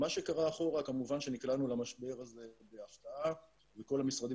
מה שקרה אחורה כמובן שנקלענו למשבר הזה בהפתעה וכל המשרדים